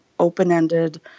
open-ended